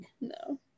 No